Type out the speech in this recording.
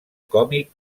còmic